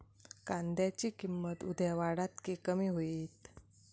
कांद्याची किंमत उद्या वाढात की कमी होईत?